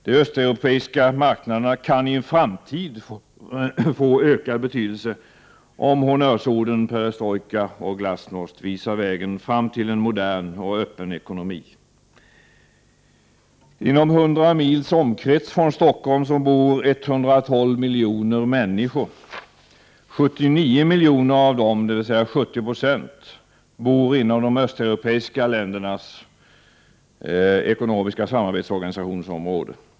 De östeuropeiska marknaderna kani en framtid få ökad betydelse, om honnörsorden perestrojka och glasnost visar vägen fram till en modern och öppen ekonomi. Inom 100 mils omkrets från Stockholm bor 112 miljoner människor — 79 miljoner av dem, dvs. 70 20, bor inom de östeuropeiska ländernas ekonomiska samarbetsorganisations område.